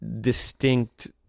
distinct